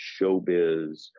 showbiz